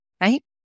right